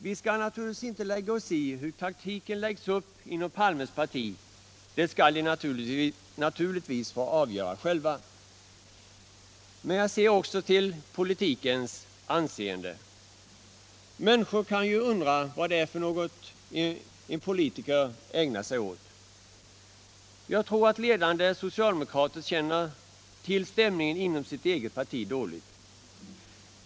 Vi skall naturligtvis inte blanda oss i hur taktiken läggs upp inom herr Palmes parti; det skall socialdemokraterna få avgöra själva. Men jag ser också till politikens anseende. Människor kan ju undra vad det är för något en politiker ägnar sig åt. Jag tror att ledande socialdemokrater känner till stämningen inom sitt eget parti dåligt.